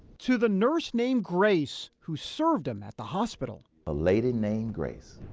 to the nurse named grace, who served him at the hospital. a lady named grace.